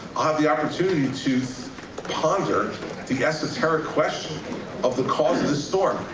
i'll have the opportunity to ponder the esoteric question of the cause of this storm.